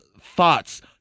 thoughts